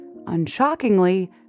unshockingly